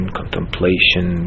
contemplation